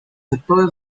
sectores